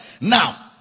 now